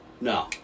No